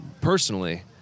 personally